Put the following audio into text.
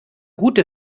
gute